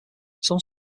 some